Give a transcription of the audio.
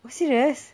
oh serious